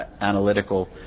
analytical